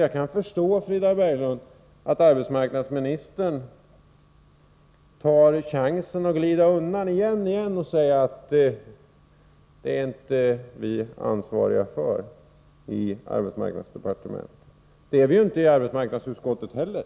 Jag kan, Frida Berglund, förstå att arbetsmarknadsministern tar chansen att igen glida undan genom att säga: Lärlingsutbildningen är inte vi i arbetsmarknadsdepartementet ansvariga för. Ja, det är inte vi i arbetsmarknadsutskottet heller.